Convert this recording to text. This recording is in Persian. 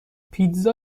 پیتزا